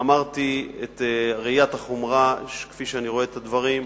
אמרתי את ראיית החומרה כפי שאני רואה את הדברים.